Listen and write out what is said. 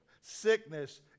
Sickness